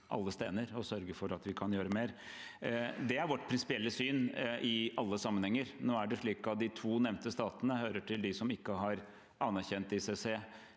alle steiner og sørge for å gjøre mer. Det er vårt prinsipielle syn i alle sammenhenger. Det er slik at de to nevnte statene hører til dem som ikke har anerkjent ICC